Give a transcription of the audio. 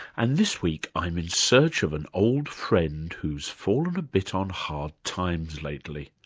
and this week i'm in search of an old friend who's fallen a bit on hard times lately.